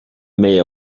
may